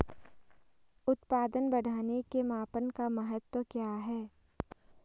उत्पादन बढ़ाने के मापन का महत्व क्या है?